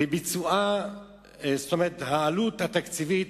והעלות התקציבית